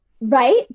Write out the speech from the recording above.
right